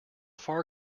far